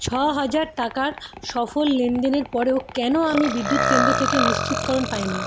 ছ হাজার টাকার সফল লেনদেনের পরেও কেন আমি বিদ্যুৎ কেন্দ্র থেকে নিশ্চিতকরণ পাইনি